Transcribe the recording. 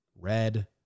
Red